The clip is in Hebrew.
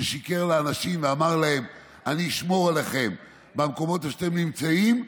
כששיקר לאנשים ואמר להם: אני אשמור לכם במקומות שבהם אתם נמצאים,